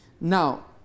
Now